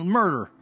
murder